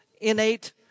innate